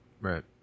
Right